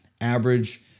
average